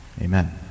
Amen